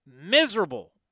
Miserable